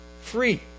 free